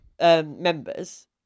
members